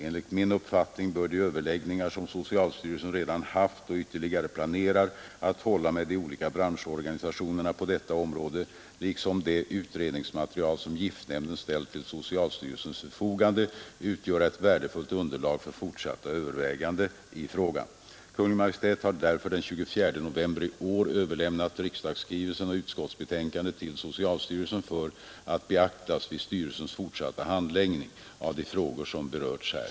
Enligt min uppfattning bör de överläggningar som socialstyrelsen redan haft och ytterligare planerar att hålla med de olika branschorganisationerna på detta område liksom det utredningsmaterial som giftnämnden ställt till socialstyrelsens förfogande utgöra ett värde andet till socialstyrelsen för att beaktas vid styrelsens fortsatta handl ning av de frågor som berörts här.